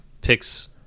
picks